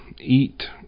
eat